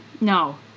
no